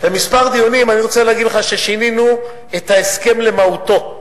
אני רוצה להגיד לך שבכמה דיונים שינינו את ההסכם במהותו.